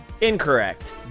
Incorrect